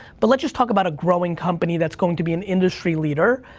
but let's just talk about a growing company that's going to be an industry leader.